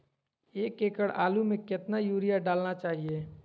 एक एकड़ आलु में कितना युरिया डालना चाहिए?